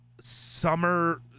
summer